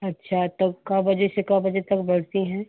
अच्छा तब का बजे से का बजे तक बैठती हैं